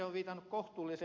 arvoisa puhemies